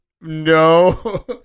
no